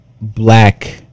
black